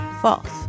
false